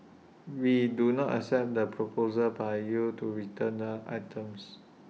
we do not accept the proposal by you to return the items